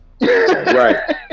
right